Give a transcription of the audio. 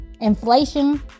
inflation